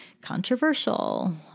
controversial